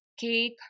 cake